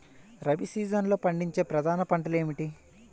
రబీ సీజన్లో పండించే ప్రధాన పంటలు ఏమిటీ?